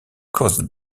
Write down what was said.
caused